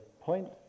point